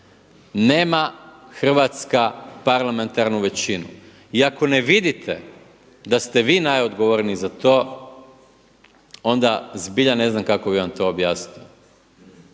Nema Hrvatska parlamentarnu većinu. I ako ne vidite da ste vi najodgovorniji za to onda zbilja ne znam kako bih vam to objasnio.